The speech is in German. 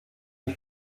ich